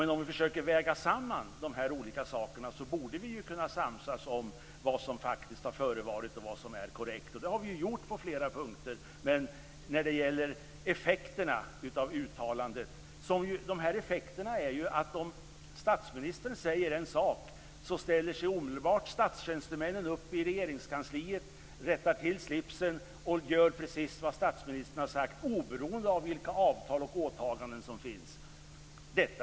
Men om vi försöker väga samman dessa olika saker borde vi ju kunna samsas om vad som faktiskt har förevarit och vad som är korrekt. Och det har vi ju gjort på flera punkter. Men effekterna av uttalandet är ju att om statsministern säger en sak, så ställer sig statstjänstemännen i Regeringskansliet omedelbart upp och rättar till slipsen och gör precis vad statsministern har sagt, oberoende av vilka avtal och åtaganden som finns.